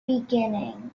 beginning